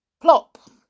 Plop